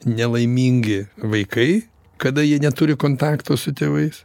nelaimingi vaikai kada jie neturi kontakto su tėvais